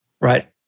Right